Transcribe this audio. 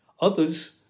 Others